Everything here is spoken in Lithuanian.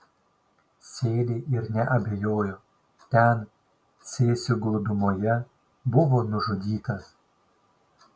sėliai ir neabejojo ten cėsių glūdumoje buvo nužudytas